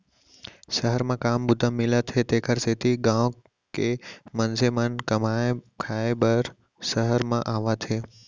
सहर म काम बूता मिलत हे तेकर सेती गॉँव के मनसे मन कमाए खाए बर सहर म आवत हें